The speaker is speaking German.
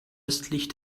östlich